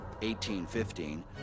1815